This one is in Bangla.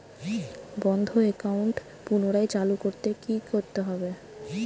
বন্ধ একাউন্ট পুনরায় চালু করতে কি করতে হবে?